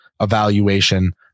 evaluation